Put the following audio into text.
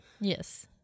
yes